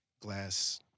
glass